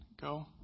go